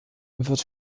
wird